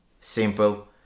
simple